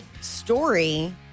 story